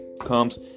comes